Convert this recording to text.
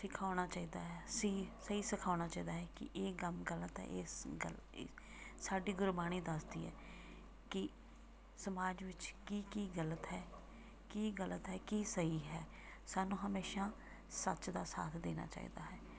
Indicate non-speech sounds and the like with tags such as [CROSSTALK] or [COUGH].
ਸਿਖਾਉਣਾ ਚਾਹੀਦਾ ਹੈ ਸੀ ਸਹੀ ਸਿਖਾਉਣਾ ਚਾਹੀਦਾ ਹੈ ਕਿ ਇਹ ਕੰਮ ਗਲਤ ਹੈ ਇਸ [UNINTELLIGIBLE] ਸਾਡੀ ਗੁਰਬਾਣੀ ਦੱਸਦੀ ਹੈ ਕਿ ਸਮਾਜ ਵਿੱਚ ਕੀ ਕੀ ਗਲਤ ਹੈ ਕੀ ਗਲਤ ਹੈ ਕੀ ਸਹੀ ਹੈ ਸਾਨੂੰ ਹਮੇਸ਼ਾਂ ਸੱਚ ਦਾ ਸਾਥ ਦੇਣਾ ਚਾਹੀਦਾ ਹੈ